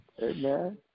Amen